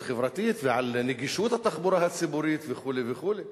חברתית ועל נגישות התחבורה הציבורית וכו' וכו'.